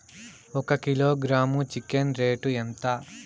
ఒక kilogram chicken rate ఎంత?